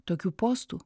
tokių postų